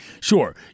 sure